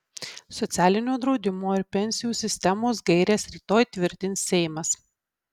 socialinio draudimo ir pensijų sistemos gaires rytoj tvirtins seimas